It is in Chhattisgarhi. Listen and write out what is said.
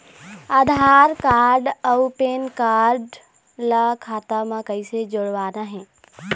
आधार कारड अऊ पेन कारड ला खाता म कइसे जोड़वाना हे?